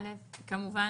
ראשית, כמובן